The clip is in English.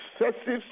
excessive